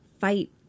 fight